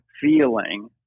feeling